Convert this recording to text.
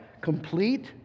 complete